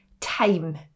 time